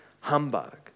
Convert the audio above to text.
humbug